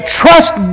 trust